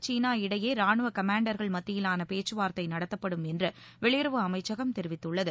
சீனா இடையே ரானுவ கமாண்டர்கள் மத்தியிலான பேச்சுவார்த்தை நடத்தப்படும் என்று மத்திய வெளியுறவு அமைச்சகம் தெரிவித்துள்ளது